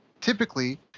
typically